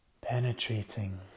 penetrating